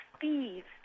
thieves